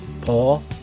Paul